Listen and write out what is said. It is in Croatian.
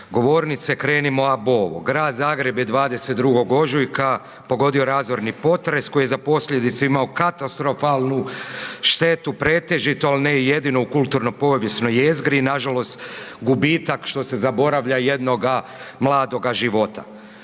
govornice krenimo ab ovo. Grad Zagreb je 22. ožujka pogodio razorni potres koji je za posljedice imao katastrofalnu štetu pretežito, ali ne i jedino u kulturno povijesnoj jezgri i nažalost gubitak što se zaboravlja jednoga mladoga života.